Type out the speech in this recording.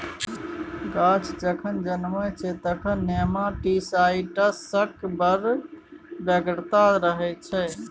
गाछ जखन जनमय छै तखन नेमाटीसाइड्सक बड़ बेगरता रहय छै